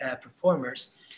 performers